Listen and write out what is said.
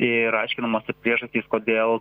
ir aiškinamosios priežastys kodėl